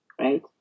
right